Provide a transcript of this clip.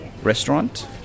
Restaurant